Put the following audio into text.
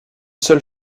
seule